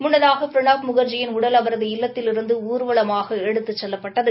முன்னதாக பிரணாப் முகாஜியின் உடல் அவரது இல்லத்திலிருந்து ஊர்வலமாக எடுத்துச் செல்லப்பட்டது